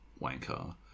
wanker